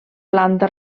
planta